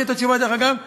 בעזרת השם.